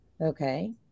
okay